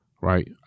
Right